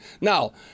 Now